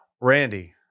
Randy